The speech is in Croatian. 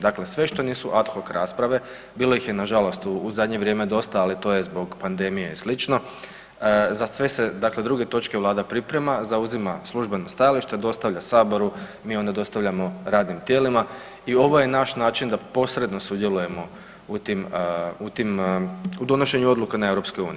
Dakle, sve što nisu ad hoc rasprave bilo ih je nažalost u zadnje vrijeme dosta, ali to je zbog pandemije i sl. za sve se dakle druge točke Vlada priprema, zauzima službeno stajalište, dostavlja Saboru, mi onda dostavljamo radnim tijelima i ovo je naš način da posredno sudjelujemo u donošenju odluka u EU.